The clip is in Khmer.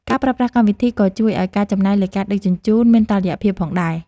ការប្រើប្រាស់កម្មវិធីក៏ជួយឱ្យការចំណាយលើការដឹកជញ្ជូនមានតុល្យភាពផងដែរ។